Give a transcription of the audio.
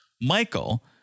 Michael